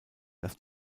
dass